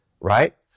Right